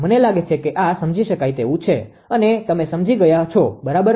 મને લાગે છે કે આ સમજી શકાય તેવું છે અને તમે આ સમજી ગયા છો બરાબર ને